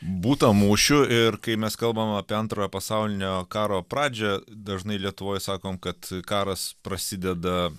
būta mūšių ir kai mes kalbam apie antrojo pasaulinio karo pradžią dažnai lietuvoj sakom kad karas prasideda